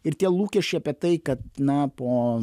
ir tie lūkesčiai apie tai kad na po